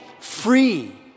Free